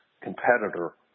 competitor